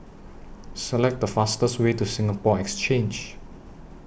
Select The fastest Way to Singapore Exchange